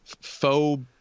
faux